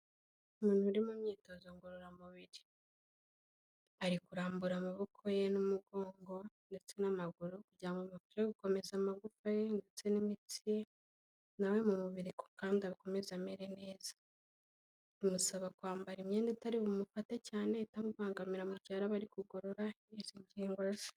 Umuntu uri mu myitozo ngororamubiri, ari kurambura amaboko ye n'umugongo ndetse n'amaguru, kugira ngo bimufashe gukomeza amagufa ye ndetse n'imitsi, na we mu mubiri kandi akomeze amere neza. Bimusaba kwambara imyenda itari bumufate cyane, itamubangamira mu gihe araba ari kugorora izi ngingo ze.